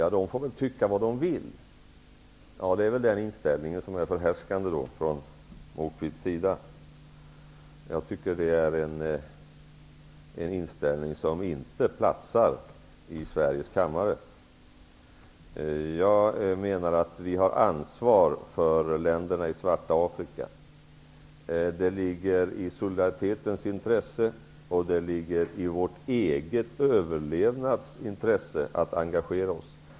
Han sade: De får väl tycka vad de vill. Ja, det är nog den inställningen som är förhärskande från herr Moquists sida. Jag tycker inte att den inställningen platsar i Sveriges riksdag. Jag menar att vi har ett ansvar för länderna i det svarta Afrika. Det ligger i solidaritetens intresse men också i vårt eget intresse -- det handlar ju också om vår överlevnad -- att vi engagerar oss.